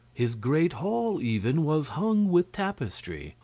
his great hall, even, was hung with tapestry.